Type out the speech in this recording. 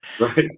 Right